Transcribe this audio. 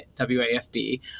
WAFB